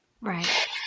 Right